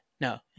No